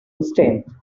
strength